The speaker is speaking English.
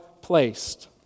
placed